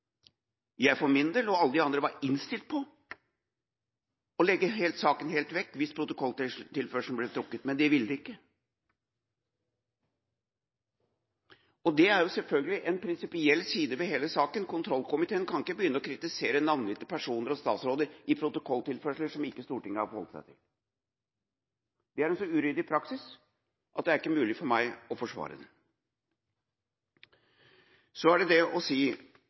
Jeg for min del og alle de andre var innstilt på å legge saken helt vekk – hvis protokolltilførselen ble trukket. Men det ville man ikke. Det er selvfølgelig en prinsipiell side ved hele saken: Kontrollkomiteen kan ikke begynne å kritisere navngitte personer og statsråder i protokolltilførsler som ikke Stortinget har forholdt seg til. Det er en så uryddig praksis at det ikke er mulig for meg å forsvare den. Så er det dette å si